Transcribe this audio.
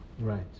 Right